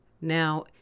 Now